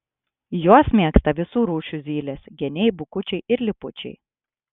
juos mėgsta visų rūšių zylės geniai bukučiai ir lipučiai